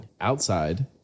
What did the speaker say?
Outside